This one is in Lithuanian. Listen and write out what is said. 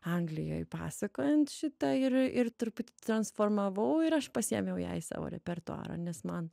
anglijoj pasakojant šitą ir ir truputį transformavau ir aš pasiėmiau ją į savo repertuarą nes man